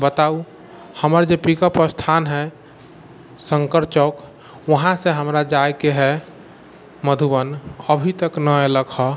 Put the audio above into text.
बताउ हमर जे पिकअप स्थान है शङ्कर चौक उहाँ से हमरा जाइ के है मधुबन अभी तक नहि अयलक हँ